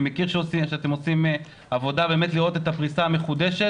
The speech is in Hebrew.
אני מכיר שאתם עושים עבודה באמת לראות את הפריסה המחודשת,